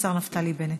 השר נפתלי בנט.